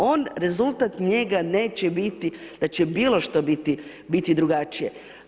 On, rezultat njega neće biti da će bilo što biti drugačije.